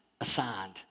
assigned